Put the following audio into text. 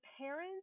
parents